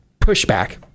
pushback